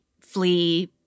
flee